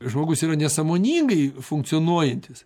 žmogus yra nesąmoningai funkcionuojantis